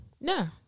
No